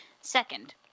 second